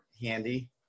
handy